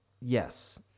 Yes